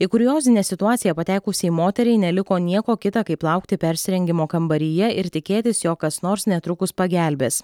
į kuriozinę situaciją patekusiai moteriai neliko nieko kita kaip laukti persirengimo kambaryje ir tikėtis jog kas nors netrukus pagelbės